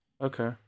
Okay